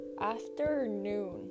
Afternoon